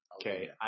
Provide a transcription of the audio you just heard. okay